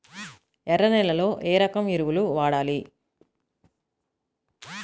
ఎర్ర నేలలో ఏ రకం ఎరువులు వాడాలి?